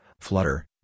Flutter